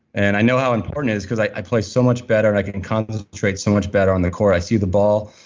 and i know how important it is because i play so much better, i can and concentrate so much better on the court. i see the ball,